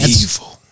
Evil